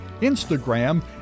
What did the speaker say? Instagram